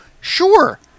sure